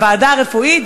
לוועדה הרפואית,